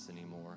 anymore